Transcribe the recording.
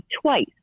twice